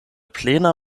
plena